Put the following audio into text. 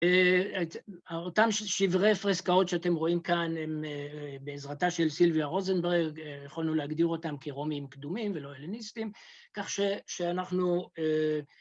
‫אותם שברי הפרסקאות שאתם רואים כאן ‫הם, בעזרתה של סילביה רוזנברג, ‫יכולנו להגדיר אותם ‫כרומים קדומים ולא הלניסטים, ‫כך שאנחנו...